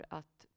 att